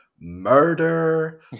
murder